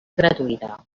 gratuïta